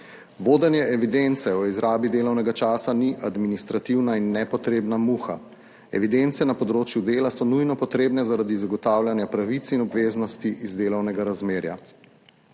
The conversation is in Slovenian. Vodenje evidence o izrabi delovnega časa ni administrativna in nepotrebna muha, evidence na področju dela so nujno potrebne zaradi zagotavljanja pravic in obveznosti iz delovnega razmerja.